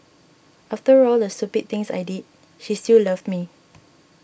after all the stupid things I did she still loved me